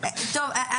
טוב,